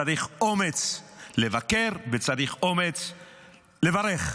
צריך אומץ לבקר, וצריך אומץ לברך.